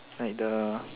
like the